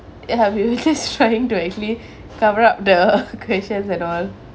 ya you just trying to actually cover up the questions and all